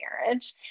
marriage